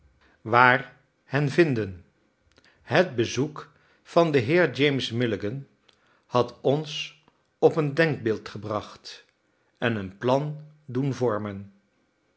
waar hen vinden het bezoek van den heer james milligan had ons op een denkbeeld gebracht en een plan doen vormen